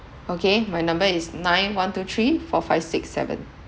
okay my number is nine one two three four five six seven